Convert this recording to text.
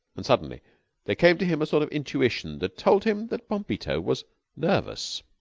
and suddenly there came to him a sort of intuition that told him that bombito was nervous.